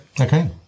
okay